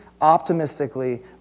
optimistically